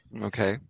Okay